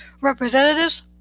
Representatives